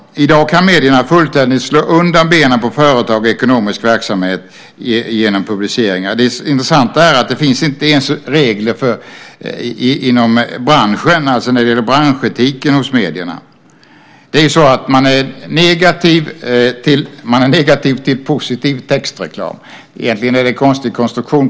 I dag kan medierna fullständigt slå undan benen på företag och ekonomisk verksamhet genom publiceringar. Det intressanta är att det inte ens inom branschen finns regler när det gäller branschetiken hos medierna. Man är negativ till positiv textreklam - egentligen en konstig konstruktion.